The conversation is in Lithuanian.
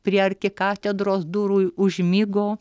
prie arkikatedros durų užmigo